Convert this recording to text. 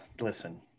Listen